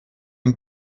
den